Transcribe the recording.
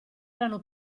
erano